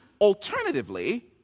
Alternatively